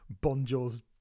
Bonjour's